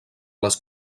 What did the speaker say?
les